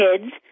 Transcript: kids